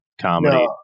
comedy